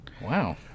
Wow